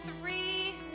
three